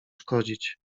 szkodzić